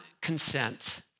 consent